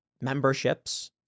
memberships